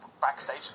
Backstage